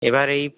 এবার এই